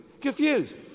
confused